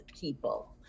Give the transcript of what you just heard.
people